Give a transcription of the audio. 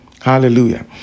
Hallelujah